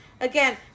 Again